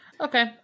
Okay